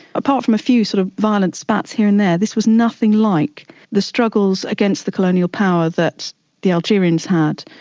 apart from a few sort of violent spats here and there, this was nothing like the struggles against the colonial power that the algerians had,